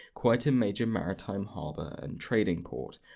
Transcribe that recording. quite a major maritime harbour and trading port.